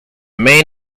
main